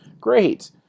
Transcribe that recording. great